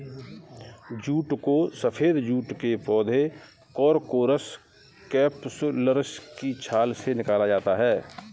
jute को सफेद जूट के पौधे कोरकोरस कैप्सुलरिस की छाल से निकाला जाता है